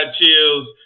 chills